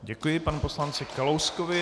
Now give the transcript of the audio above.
Děkuji panu poslanci Kalouskovi.